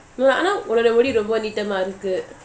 உன்னோடமுடிரொம்பநீட்டமாஇருக்கு:unnoda mudi romba neetama iruku